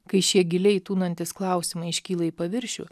kai šie giliai tūnantys klausimai iškyla į paviršių